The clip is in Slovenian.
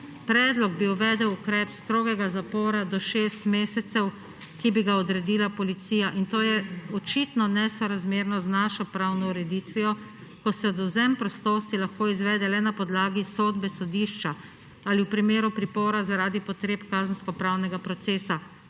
Predlog bi uvedel ukrep strogega zapora do šest mesecev, ki bi ga odredila policija; in to je očitno nesorazmerno z našo pravno ureditvijo, ko se odvzem prostosti lahko izvede le na podlagi sodbe sodišča ali v primeru pripora zaradi potreb kazensko-pravnega procesa.